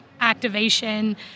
activation